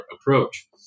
approach